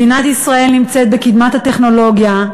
מדינת ישראל נמצאת בקדמת הטכנולוגיה,